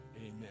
amen